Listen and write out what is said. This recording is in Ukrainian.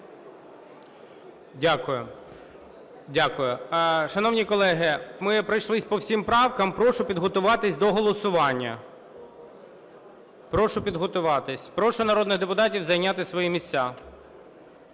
Дякую. Шановні колеги, ми пройшлись по всім правкам. Прошу підготуватись до голосування. Прошу підготуватись. Прошу народних депутатів зайняти свої місця.